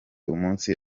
umunsi